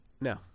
no